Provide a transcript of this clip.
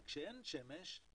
כשאין שמש,